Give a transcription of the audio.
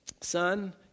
son